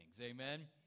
Amen